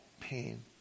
pain